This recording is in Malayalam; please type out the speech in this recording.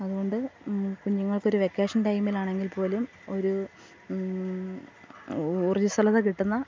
അതുകൊണ്ട് കുഞ്ഞുങ്ങൾക്ക് ഒരു വെക്കേഷൻ ടൈമിലാണെങ്കിൽ പോലും ഒരു ഊർജ്ജസ്വലത കിട്ടുന്ന